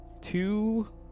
two